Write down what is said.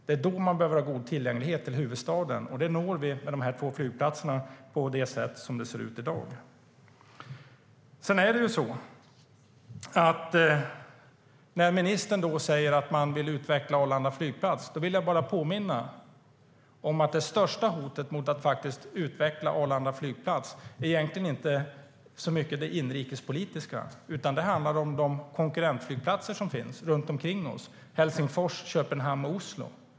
Det är då man behöver ha god tillgänglighet till huvudstaden, och det når vi med de två flygplatserna på det sätt som det ser ut i dag. Ministern säger att man vill utveckla Arlanda flygplats. Låt mig påminna om att det största hotet mot att utveckla Arlanda flygplats inte är inrikespolitiskt, utan det handlar om de konkurrentflygplatser som finns runt oss: Helsingfors, Köpenhamn och Oslo.